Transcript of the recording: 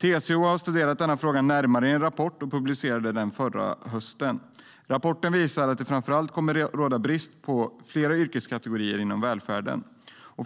TCO har studerat denna fråga närmare i en rapport som publicerades förra hösten. Rapporten visar att det kommer att råda brist för flera yrkeskategorier inom välfärden.